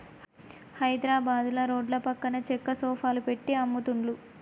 హైద్రాబాదుల రోడ్ల పక్కన చెక్క సోఫాలు పెట్టి అమ్ముతున్లు